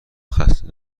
خسته